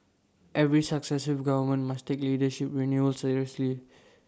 every successive government must take leadership renewal seriously